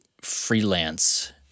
freelance